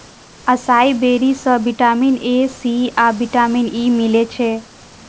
असाई berry सं vitamin A, C आ vitamin E मिलै छै